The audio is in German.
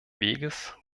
weges